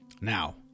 Now